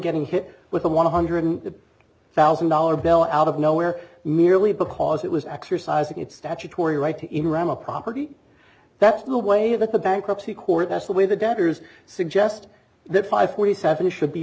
getting hit with a one hundred thousand dollar bill out of nowhere merely because it was exercising its statutory right to interim a property that's the way that the bankruptcy court that's the way the debtors suggest that five forty seven should be